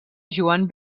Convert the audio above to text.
joan